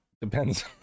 Depends